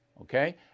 Okay